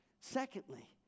Secondly